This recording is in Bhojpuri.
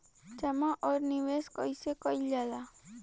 जमा और निवेश कइसे कइल जाला?